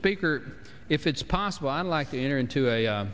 speaker if it's possible i'd like to enter into a